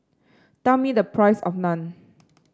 tell me the price of Naan